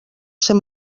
ser